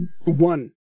one